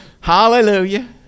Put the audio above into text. Hallelujah